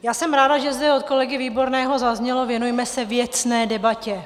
Já jsem ráda, že zde od kolegy Výborného zaznělo věnujme se věcné debatě.